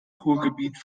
ruhrgebiet